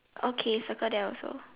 okay circle that also